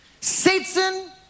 Satan